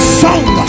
song